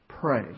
Pray